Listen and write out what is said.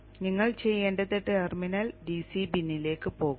അതിനാൽ നിങ്ങൾ ചെയ്യേണ്ടത് ടെർമിനൽ സിഡി ബിന്നിലേക്ക് പോകുക